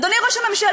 אדוני ראש הממשלה,